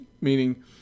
meaning